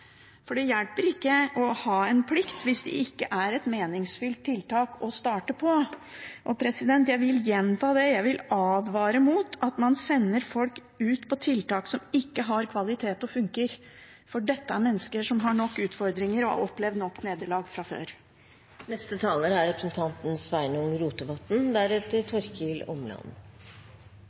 Det hjelper ikke å ha en plikt hvis det ikke er et meningsfylt tiltak å starte på, og jeg vil gjenta: Jeg vil advare mot at man sender folk ut på tiltak som ikke har kvalitet og funker, for dette er mennesker som har nok utfordringer og har opplevd nok nederlag fra før. Det er